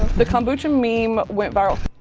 the kombucha meme went viral